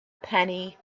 penny